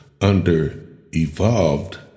under-evolved